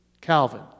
Calvin